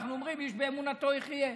אנחנו אומרים: איש באמונתו יחיה.